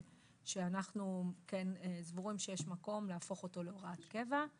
שאנחנו כן סבורים שיש מקום להפוך אותו להוראת קבע.